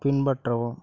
பின்பற்றவும்